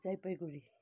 Jalpaiguri